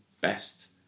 best